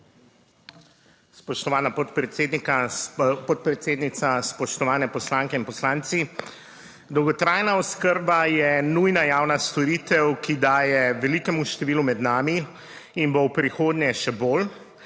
Spoštovana podpredsednica, spoštovane poslanke in poslanci. Dolgotrajna oskrba je nujna javna storitev, ki daje velikemu številu med nami in bo v prihodnje še bolj